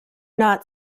not